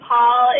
Paul